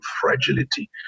fragility